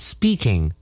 Speaking